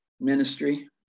ministry